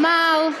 אמר: